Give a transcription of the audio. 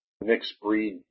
mixed-breed